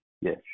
Yes